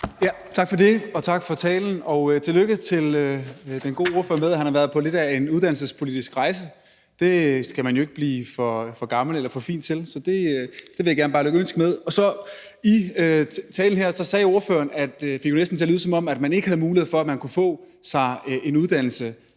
Tak for det, tak for talen, og tillykke med, at den gode ordfører har været på lidt af en uddannelsespolitisk rejse. Det skal man jo hverken blive for gammel eller for fin til, så det vil jeg bare gerne lykønske ham med. Ordføreren fik i sin tale det næsten til at lyde, som om man ikke har mulighed for at få en uddannelse,